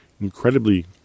incredibly